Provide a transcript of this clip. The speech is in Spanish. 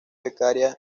becaria